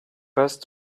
best